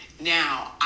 now